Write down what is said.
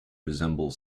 resemble